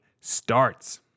starts